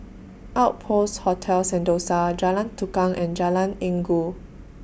Outpost Hotel Sentosa Jalan Tukang and Jalan Inggu